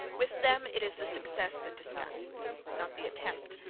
with them it is the success that disgusts, not the attempt.